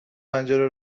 پنجره